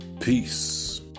Peace